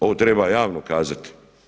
Ovo treba javno kazati.